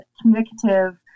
communicative